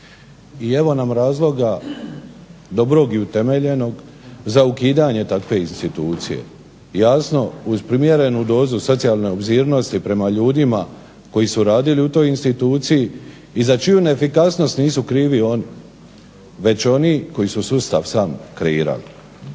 I evo nam razloga dobrog i utemeljenog za ukidanje takve institucije, jasno uz primjerenu dozu socijalne obzirnosti prema ljudima koji su radili u toj instituciji i za čiju neefikasnost nisu krivi oni već oni koji su sustav sam kreirali.